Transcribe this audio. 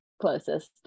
closest